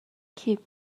keep